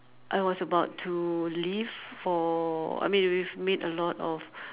I was about to leave for I mean we've made a lot of